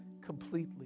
completely